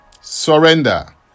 surrender